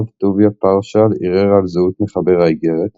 הרב טוביה פרשל ערער על זהות מחבר האיגרת,